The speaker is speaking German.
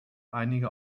einige